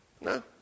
No